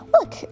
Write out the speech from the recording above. look